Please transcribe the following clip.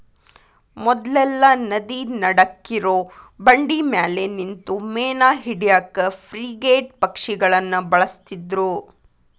ಮೊದ್ಲೆಲ್ಲಾ ನದಿ ನಡಕ್ಕಿರೋ ಬಂಡಿಮ್ಯಾಲೆ ನಿಂತು ಮೇನಾ ಹಿಡ್ಯಾಕ ಫ್ರಿಗೇಟ್ ಪಕ್ಷಿಗಳನ್ನ ಬಳಸ್ತಿದ್ರು